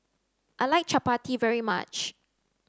I like chappati very much